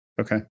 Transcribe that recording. okay